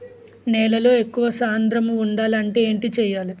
నేలలో ఎక్కువ సాంద్రము వుండాలి అంటే ఏంటి చేయాలి?